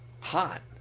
hot